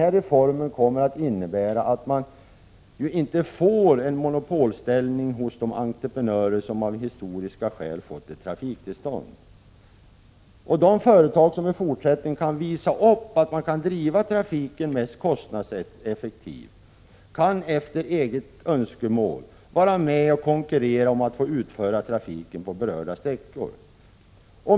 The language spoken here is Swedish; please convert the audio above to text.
Jag vill än en gång understryka att reformen kommer att innebära att de entreprenörer som av historiska skäl fått ett trafiktillstånd inte får en monopolställning. De företag som i fortsättningen kan visa upp att de kan driva trafiken mest kostnadseffektivt kan efter eget önskemål vara med och konkurrera om att få utföra trafiken på berörda sträckor.